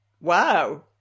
wow